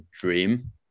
dream